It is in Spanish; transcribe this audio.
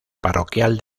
parroquial